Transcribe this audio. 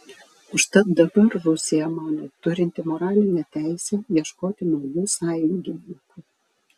užtat dabar rusija mano turinti moralinę teisę ieškoti naujų sąjungininkų